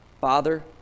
Father